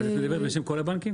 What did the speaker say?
אז את מדברת בשם כל הבנקים?